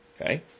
Okay